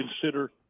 consider